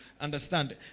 understand